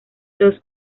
los